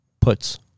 puts